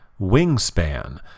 Wingspan